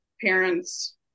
parents